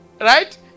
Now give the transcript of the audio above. right